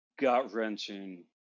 gut-wrenching